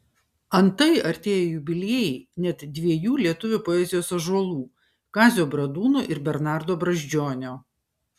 antai artėja jubiliejai net dviejų lietuvių poezijos ąžuolų kazio bradūno ir bernardo brazdžionio